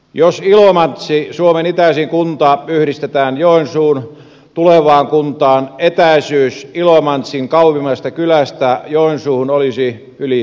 jos ilomantsi suomen itäisin kunta yhdistetään joensuun tulevaan kuntaan etäisyys ilomantsin kauimmaisesta kylästä joensuuhun olisi yli sata kilometriä